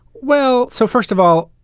well, so first of all,